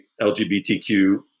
LGBTQ